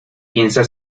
piensa